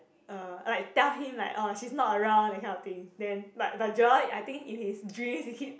uh like tell him like orh she's not around that kind of thing then like like Joel I think in his dreams he keep